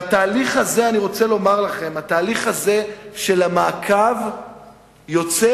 אני רוצה לומר לכם שהתהליך הזה של המעקב יוצר